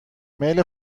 میل